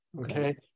Okay